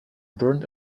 burned